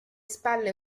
spalle